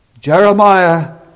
Jeremiah